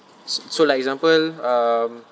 s~ so like example um